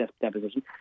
deposition